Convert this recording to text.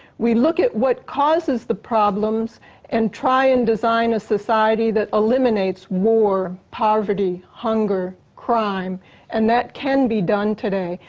we look at what causes the problems and try and design a society that eliminates war, poverty, hunger, crime and that can be done today,